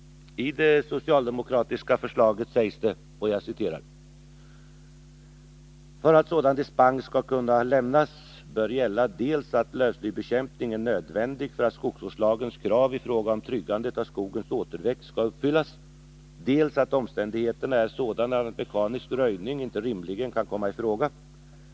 I det socialdemokratiska förslaget sägs det: För att sådan dispens skall kunna lämnas ”bör gälla dels att lövslybekämpning är nödvändig för att skogsvårdslagens krav i fråga om tryggandet av skogens återväxt skall uppfyllas, dels att omständigheterna är sådana att mekanisk röjning inte rimligen kan komma i fråga.